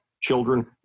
children